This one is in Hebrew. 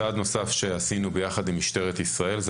צעד נוסף שעשינו יחד עם משטרת ישראל זה